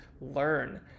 learn